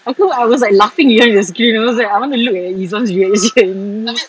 aku I was like laughing behind the screen I was like I want to look at izuan's reaction